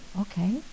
Okay